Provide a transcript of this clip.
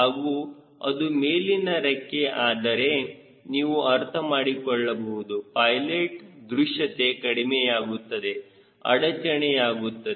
ಹಾಗೂ ಅದು ಮೇಲಿನ ರೆಕ್ಕೆ ಆದರೆ ನೀವು ಅರ್ಥಮಾಡಿಕೊಳ್ಳಬಹುದು ಪೈಲೆಟ್ ದೃಶ್ಯತೇ ಕಡಿಮೆಯಾಗುತ್ತದೆ ಅಡಚಣೆಯಾಗುತ್ತದೆ